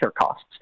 costs